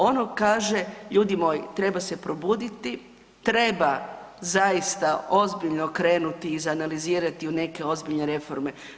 Ono kaže ljudi moji, treba se probuditi, treba zaista ozbiljno krenuti, izanalizirati u neke ozbiljne reforme.